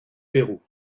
pérou